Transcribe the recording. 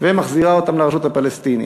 ומחזירה אותם לרשות הפלסטינית.